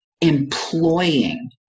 employing